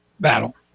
battle